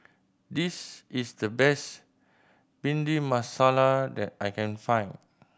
this is the best Bhindi Masala that I can find